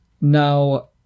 Now